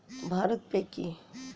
Bharat pay কি?